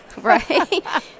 right